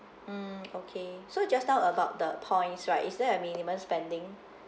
mm okay so just now about the points right is there a minimum spending